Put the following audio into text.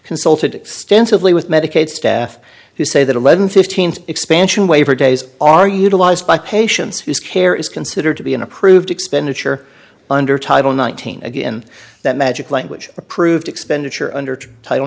consulted stance of lee with medicaid staff who say that eleven fifteen expansion waiver days are utilized by patients whose care is considered to be an approved expenditure under title nineteen again that magic language approved expenditure under title